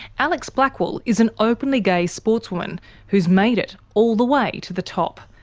alex blackwell is an openly gay sportswoman who's made it all the way to the top,